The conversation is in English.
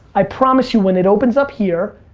i promise you when it opens up here,